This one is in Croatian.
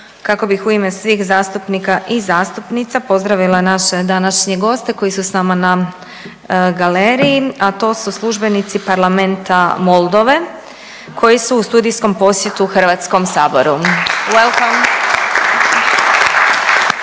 kako bih u ime svih zastupnika i zastupnica pozdravila naše današnje goste koji su s nama na galeriji, a to su službenici Parlamenta Moldove koji su u studijskom posjetu Hrvatskom saboru.